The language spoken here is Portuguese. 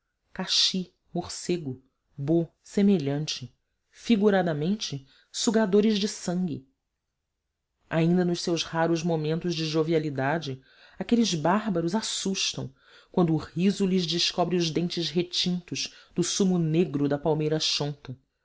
ferocidade caxi morcego bo semelhante figuradamente sugadores de sangue ainda nos seus raros momentos de jovialidade aqueles bárbaros assustam quando o riso lhes descobre os dentes retintos do sumo negro da palmeira